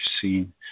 seen